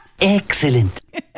Excellent